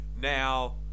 Now